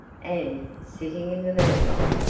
and, sitting in the moonlight,